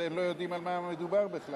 אז הם לא יודעים על מה מדובר בכלל,